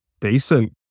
Decent